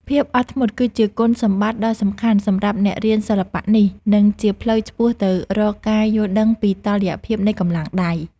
ភាពអត់ធ្មត់ គឺជាគុណសម្បត្តិដ៏សំខាន់សម្រាប់អ្នករៀនសិល្បៈនេះ និងជាផ្លូវឆ្ពោះទៅរកការយល់ដឹងពីតុល្យភាពនៃកម្លាំងដៃ។